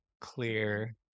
clear